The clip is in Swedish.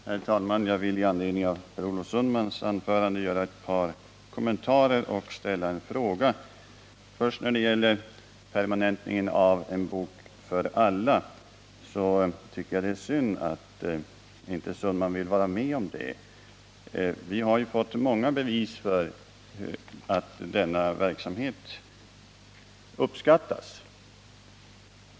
Herr talman! Jag vill med anledning av Per Olof Sundmans anförande göra ett par kommentarer och ställa en fråga. Det är synd att Per Olof Sundman inte vill vara med om en permanentning av En bok för alla. Vi har fått många bevis för att denna verksamhet uppskattas.